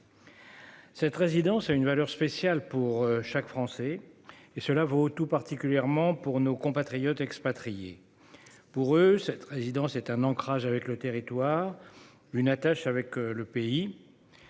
Cette résidence a une valeur spéciale pour chaque Français. Cela vaut tout particulièrement pour nos compatriotes expatriés. Pour eux, cette résidence est un ancrage avec le territoire, une attache avec le pays.